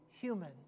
human